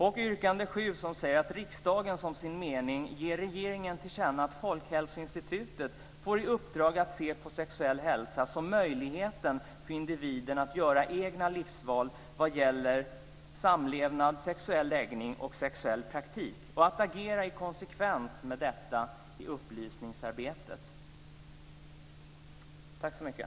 Det handlar också om yrkande 7 - att riksdagen som sin mening ger regeringen till känna att Folkhälsoinstitutet får i uppdrag att se på sexuell hälsa som möjligheten för individen att göra egna livsval vad gäller samlevnad, sexuell läggning och sexuell praktik och att agera i konsekvens med detta i upplysningsarbetet.